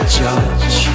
judge